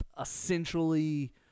essentially